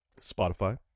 Spotify